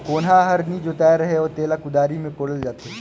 कोनहा हर नी जोताए रहें तेला कुदारी मे कोड़ल जाथे